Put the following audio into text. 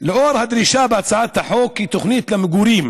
לאור הדרישה בהצעת החוק שתוכנית למגורים